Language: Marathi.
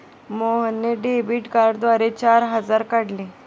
मोहनने डेबिट कार्डद्वारे चार हजार काढले